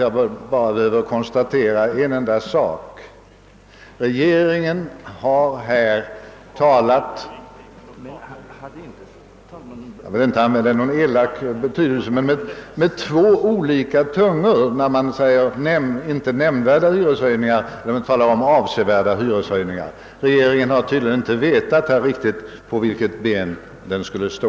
Jag behöver därför bara konstatera en enda sak. Regeringen har talat med — jag vill inte inlägga den elaka betydelsen i uttrycket — två olika tungor: den talar dels om inte nämnvärda hyreshöjningar, dels om avsevärda hyreshöjningar. Regeringen har tydligen inte riktigt vetat på vilket ben den skulle stå.